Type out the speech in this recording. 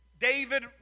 David